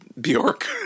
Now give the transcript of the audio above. Bjork